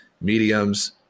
mediums